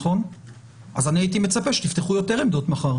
מי החברה המפעילה,